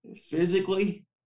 physically